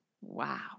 Wow